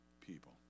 people